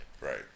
Right